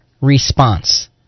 response